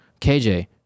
KJ